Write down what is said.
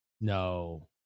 No